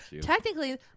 Technically